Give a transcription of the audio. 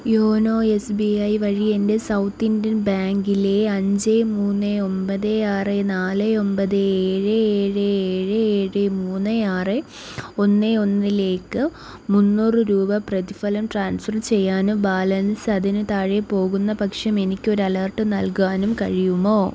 YONO S B I വഴി എൻ്റെ South Indian ബാങ്കിലെ അഞ്ച് മൂന്ന് ഒൻപത് ആറ് നാല് ഒൻപത് ഏഴ് ഏഴ് ഏഴ് ഏഴ് മൂന്ന് ആറ് ഒന്ന് ഒന്നിലേക്ക് മുന്നൂറ് രൂപ പ്രതിഫലം ട്രാൻസ്ഫർ ചെയ്യാനും ബാലൻസ് അതിന് താഴെ പോകുന്ന പക്ഷം എനിക്കൊരലേർട്ട് നൽകുവാനും കഴിയുമോ